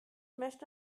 möchte